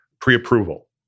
pre-approval